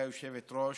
גברתי היושבת-ראש,